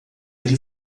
ele